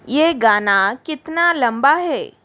यह गाना कितना लंबा है